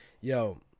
yo